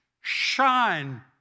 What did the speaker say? shine